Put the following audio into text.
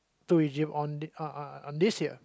took on the on on this year